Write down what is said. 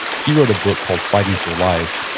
he wrote a book called fighting for life,